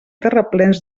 terraplens